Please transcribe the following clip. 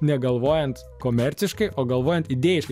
negalvojant komerciškai o galvojant idėjiškai